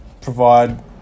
provide